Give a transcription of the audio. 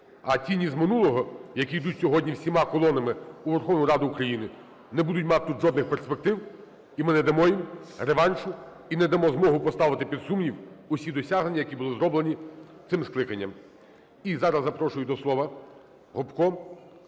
А тіні з минулого, які йдуть сьогодні всіма колонами у Верховну Раду України, не будуть мати тут жодних перспектив, і ми не дамо їм реваншу і не дамо змогу поставити під сумнів усі досягнення, які були зроблені цим скликанням. І зараз запрошую до слова Гопко